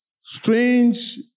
strange